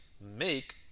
make